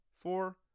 Four